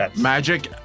Magic